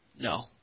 No